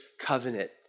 covenant